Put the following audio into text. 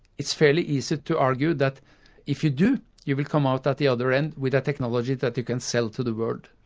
it's fairly easy to argue that if you do you will come out at the other end with a technology that you can sell to the world.